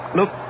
Look